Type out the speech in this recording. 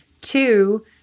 Two